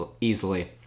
easily